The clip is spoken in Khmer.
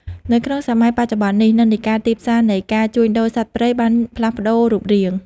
នៅក្នុងសម័យបច្ចុប្បន្ននេះ និន្នាការទីផ្សារនៃការជួញដូរសត្វព្រៃបានផ្លាស់ប្ដូររូបរាង។